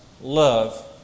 love